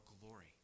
glory